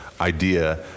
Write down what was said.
idea